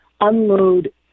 unload